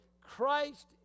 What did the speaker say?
Christ